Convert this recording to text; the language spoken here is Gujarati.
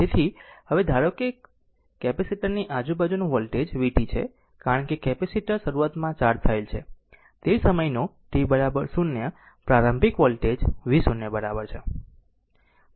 હવે તેથી ધારો કે કેપેસિટર ની આજુબાજુનું વોલ્ટેજ vt છે કારણ કે કેપેસિટર શરૂઆતમાં ચાર્જ થયેલ છે તે સમયનો t 0 પ્રારંભિક વોલ્ટેજ v0 v0 બરાબર છે